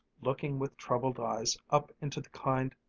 looking with troubled eyes up into the kind,